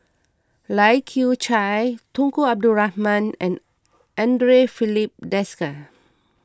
Lai Kew Chai Tunku Abdul Rahman and andre Filipe Desker